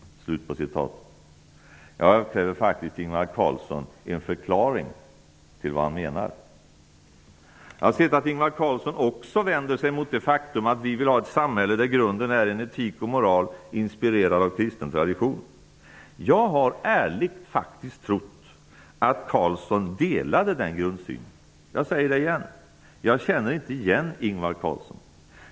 Jag kräver faktiskt, Ingvar Carlsson, en förklaring till vad som menas. Jag har sett att Ingvar Carlsson också vänder sig mot det faktum att vi vill ha ett samhälle där grunden är etik och moral inspirerad av kristen tradition. Jag har ärligt trott att Carlsson delade den grundsynen. Jag säger det igen: Jag känner inte igen Ingvar Carlsson.